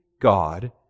God